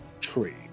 tree